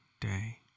day